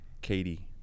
katie